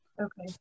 Okay